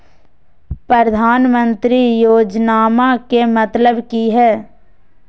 प्रधानमंत्री योजनामा के मतलब कि हय?